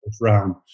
round